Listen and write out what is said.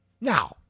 Now